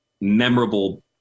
memorable